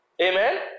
Amen